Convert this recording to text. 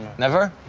never.